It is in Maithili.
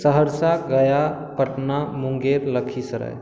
सहरसा गया पटना मुंगेर लक्खीसराय